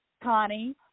Connie